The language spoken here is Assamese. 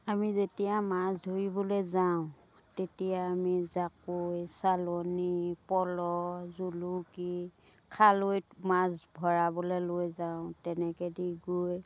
আমি যেতিয়া মাছ ধৰিবলৈ যাওঁ তেতিয়া আমি জাকৈ চালনি পল' জুলুকি খালৈত মাছ ভৰাবলৈ লৈ যাওঁ তেনেকৈদি গৈ